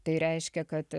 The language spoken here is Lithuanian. tai reiškia kad